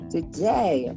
Today